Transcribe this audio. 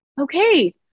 okay